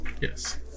Yes